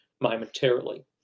momentarily